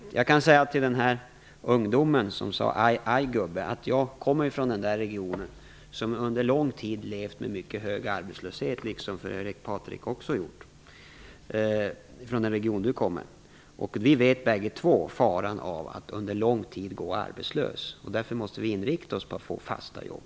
Beträffande den unga som sade aj aj, Sundström, kan jag säga att jag ju kommer från den region, som under lång tid levt med mycket hög arbetslöshet. Det gäller för övrigt också den region som Patrik Norinder kommer ifrån. Vi vet bägge två faran med att under lång tid gå arbetslös. Därför måste vi inrikta oss på att åstadkomma fasta jobb.